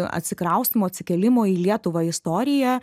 atsikraustymo atsikėlimo į lietuvą istoriją